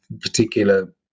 particular